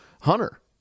Hunter